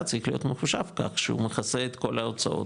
צריך להיות מחושב כך שהוא מחשב את כל ההוצאות,